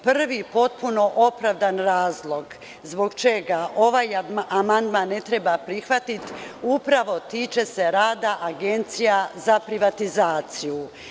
Prvi potpuno opravdan razlog zbog čega ovaj amandman ne treba prihvatiti upravo se tiče rada agencija za privatizaciju.